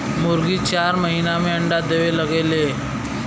मुरगी चार महिना में अंडा देवे लगेले